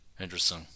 Interesting